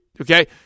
Okay